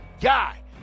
guy